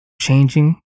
changing